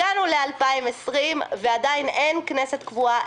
הגענו ל-2020 ועדיין אין כנסת קבועה,